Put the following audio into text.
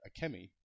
Akemi